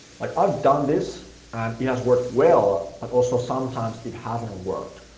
like i've done this and it has worked well, but also sometimes it hasn't worked.